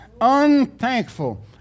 unthankful